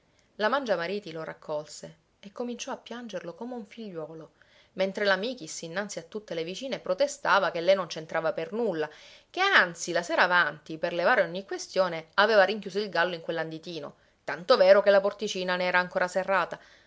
mangiamariti lo raccolse e cominciò a piangerlo come un figliuolo mentre la michis innanzi a tutte le vicine protestava che lei non c'entrava per nulla che anzi la sera avanti per levare ogni questione aveva rinchiuso il gallo in quell'anditino tanto vero che la porticina ne era ancora serrata